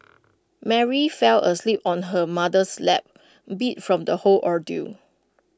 Mary fell asleep on her mother's lap beat from the whole ordeal